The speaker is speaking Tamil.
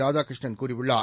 ராதாகிருஷ்ணன் கூறியுள்ளார்